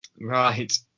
right